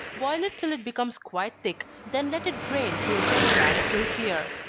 boil it till it becomes quite thick, then let it drain through a jelly-bag till clear.